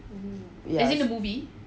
yes